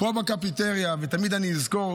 פה בקפיטריה, לכולם,